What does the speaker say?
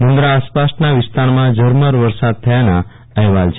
મુંદરા આસપાસના વિસ્તારોમાં ઝરમર વરસાદ થયાના અહેવાલ છે